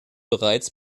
bereits